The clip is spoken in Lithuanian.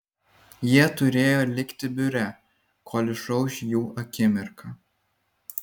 jie turėjo likti biure kol išauš jų akimirka